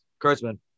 Kurtzman